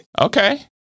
Okay